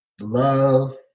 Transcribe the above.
love